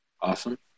Awesome